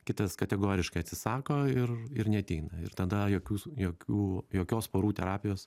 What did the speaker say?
kitas kategoriškai atsisako ir ir neateina ir tada jokius jokių jokios porų terapijos